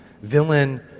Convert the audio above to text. villain